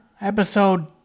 episode